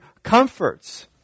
Comforts